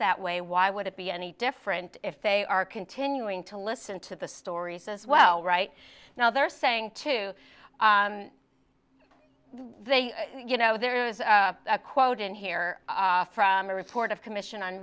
that way why would it be any different if they are continuing to listen to the stories as well right now they're saying to they you know there is a quote in here from a report of a commission on